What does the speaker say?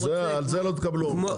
על זה לא תקבלו הארכה.